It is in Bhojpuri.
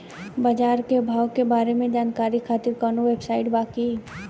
बाजार के भाव के बारे में जानकारी खातिर कवनो वेबसाइट बा की?